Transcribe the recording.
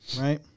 Right